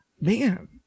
Man